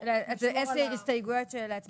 זה עשר הסתייגויות להצביע יחד.